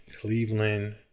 Cleveland